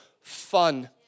fun